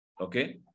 Okay